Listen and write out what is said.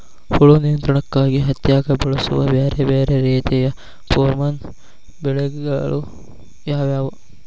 ಹುಳು ನಿಯಂತ್ರಣಕ್ಕಾಗಿ ಹತ್ತ್ಯಾಗ್ ಬಳಸುವ ಬ್ಯಾರೆ ಬ್ಯಾರೆ ರೇತಿಯ ಪೋರ್ಮನ್ ಬಲೆಗಳು ಯಾವ್ಯಾವ್?